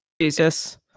Jesus